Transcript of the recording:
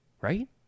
Right